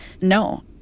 no